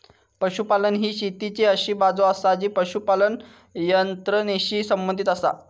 पशुपालन ही शेतीची अशी बाजू आसा जी पशुपालन यंत्रणेशी संबंधित आसा